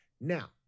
Now